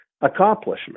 accomplishment